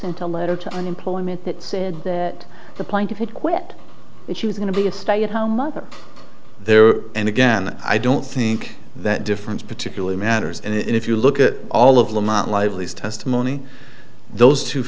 sent a letter to unemployment that said that the plaintiff would quit and she was going to be a stay at home mother there and again i don't think that difference particularly matters and if you look at all of lemont lively's testimony those two